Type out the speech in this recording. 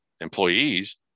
employees